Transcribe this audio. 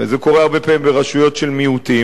וזה קורה הרבה פעמים ברשויות של מיעוטים,